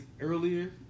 earlier